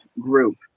group